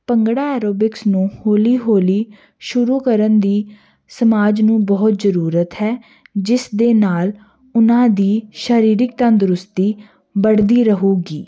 bhangra aerobics ਨੂੰ ਹੌਲੀ ਹੌਲੀ ਸ਼ੁਰੂ ਕਰਨ ਦੀ ਸਮਾਜ ਨੂੰ ਬਹੁਤ ਜਰੂਰਤ ਹੈ ਜਿਸ ਦੇ ਨਾਲ ਉਨਾਂ ਦੀ ਸ਼ਰੀਰਿਕ ਤੰਦਰੁਸਤੀ ਵੜਦੀ ਰਹੂਗੀ